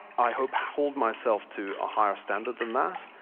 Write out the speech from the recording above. i hope hold myself to a higher stand than that.